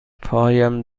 پایم